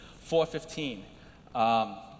4.15